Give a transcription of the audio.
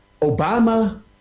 obama